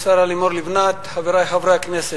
השרה לימור לבנת, חברי חברי הכנסת,